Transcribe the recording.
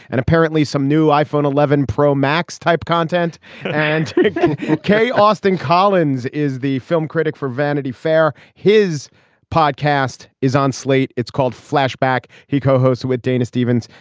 and apparently some new iphone eleven pro max type content and okay austin collins is the film critic for vanity fair. his podcast is on slate. it's called flashback. he co-hosts with dana stevens.